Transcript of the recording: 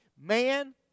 man